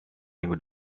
minggu